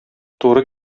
туры